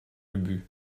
ubu